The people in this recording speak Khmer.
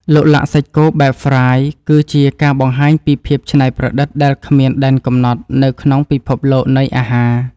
ឡុកឡាក់សាច់គោបែបហ្វ្រាយស៍គឺជាការបង្ហាញពីភាពច្នៃប្រឌិតដែលគ្មានដែនកំណត់នៅក្នុងពិភពលោកនៃអាហារ។